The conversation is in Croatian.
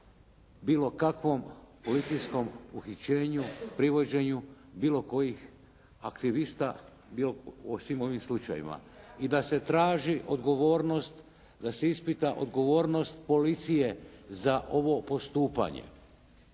bilo kakvom policijskom uhićenju, privođenju bilo kojih aktivista u svim ovim slučajevima i da se traži odgovornost, da se ispita odgovornost policije za ovo postupanje.